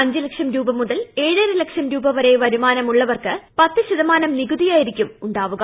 അഞ്ച് ലക്ഷം മുതൽ ഏഴര ലക്ഷം രൂപ വരെ വരുമാനമുള്ളവർക്ക് പത്ത് ശതമാനം നികുതിയായിരിക്കും ഉണ്ടാവുക